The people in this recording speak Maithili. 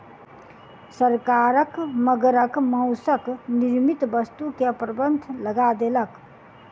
सरकार मगरक मौसक निर्मित वस्तु के प्रबंध लगा देलक